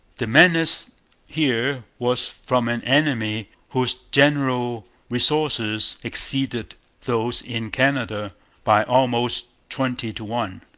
the menace here was from an enemy whose general resources exceeded those in canada by almost twenty to one.